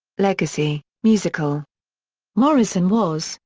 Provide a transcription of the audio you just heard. legacy musical morrison was,